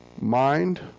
mind